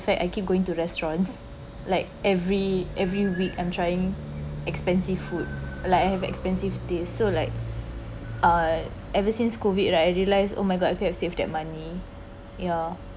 fact I keep going to restaurants like every every week I'm trying expensive food like I have expensive dates so like uh ever since COVID right I realize oh my god I cannot save that money ya